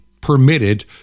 permitted